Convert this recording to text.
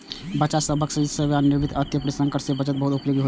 बच्चा सभक शिक्षा, सेवानिवृत्ति, अप्रत्याशित संकट मे बचत बहुत उपयोगी होइ छै